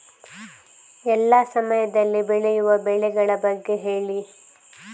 ಎಲ್ಲಾ ಸಮಯದಲ್ಲಿ ಬೆಳೆಯುವ ಬೆಳೆಗಳ ಬಗ್ಗೆ ಹೇಳಿ